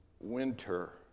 winter